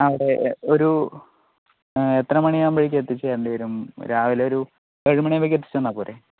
അവിടെ ഒരു എത്ര മണിയാവുമ്പോഴത്തേക്ക് എത്തിച്ച് തരേണ്ടി വരും രാവിലെ ഒരു ഏഴ് മണി ആവുമ്പത്തേക്ക് എത്തിച്ചു തന്നാൽ പോരെ